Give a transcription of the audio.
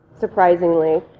surprisingly